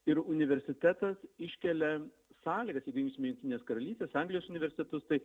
ir universitetas iškelia sąlygas jeigu imsime jungtinės karalystės anglijos universitetus tai